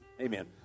Amen